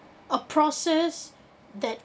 a process that